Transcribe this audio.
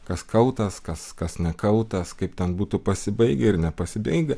kas kaltas kas kas nekaltas kaip ten būtų pasibaigę ir nepasibaigę